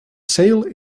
sale